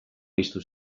piztu